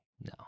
No